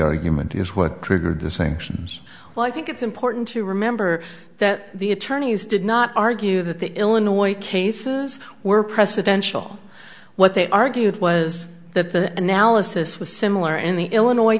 argument is what triggered the same actions well i think it's important to remember that the attorneys did not argue that the illinois cases were presidential what they argued was that the analysis was similar in the illinois